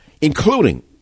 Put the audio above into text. including